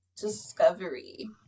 discovery